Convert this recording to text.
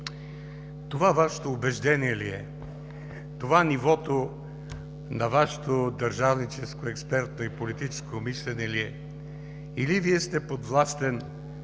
това Вашето убеждение ли е? Това нивото на Вашето държавническо, експертно и политическо мислене ли е, или Вие сте подвластен